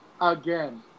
Again